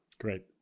Great